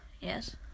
Yes